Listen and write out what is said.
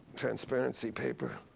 transparency paper.